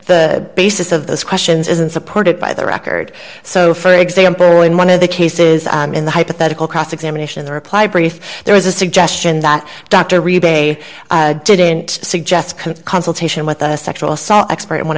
basis of those questions isn't supported by the record so for example in one of the cases in the hypothetical cross examination in the reply brief there was a suggestion that dr rhee bay didn't suggest consultation with a sexual assault expert in one